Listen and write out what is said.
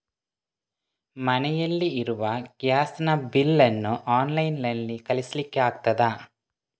ಮನೆಯಲ್ಲಿ ಇರುವ ಗ್ಯಾಸ್ ನ ಬಿಲ್ ನ್ನು ಆನ್ಲೈನ್ ನಲ್ಲಿ ಕಳಿಸ್ಲಿಕ್ಕೆ ಆಗ್ತದಾ?